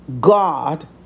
God